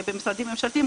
במשרדים הממשלתיים,